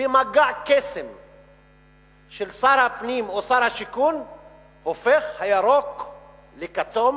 במגע קסם של שר הפנים או שר השיכון הופך הירוק לכתום,